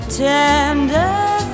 tender